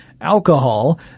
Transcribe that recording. alcohol